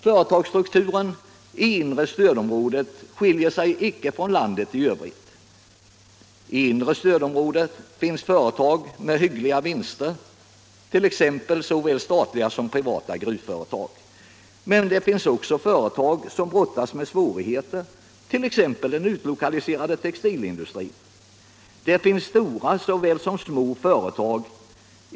Företagsstrukturen i inre stödområdet skiljer sig icke från vad som gäller för landet i övrigt. I inre stödområdet finns företag med hyggliga vinster, t.ex. såväl statliga som privata gruvföretag. Men det finns också företag som brottas med svårigheter, t.ex. den utlokaliserade textilindustrin. Det finns stora såväl som små företag.